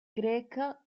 greca